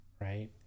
right